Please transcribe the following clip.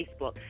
Facebook